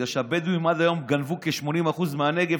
בגלל שהבדואים עד היום גנבו כ-80% מהנגב,